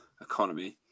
economy